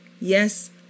yes